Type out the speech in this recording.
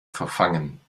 verfangen